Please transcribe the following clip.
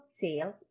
sale